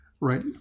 Right